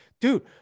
dude